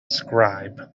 scribe